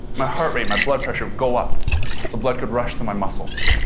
my heart rate, my blood pressure would go up so blood could rush to my muscles.